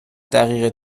دقیقه